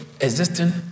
existing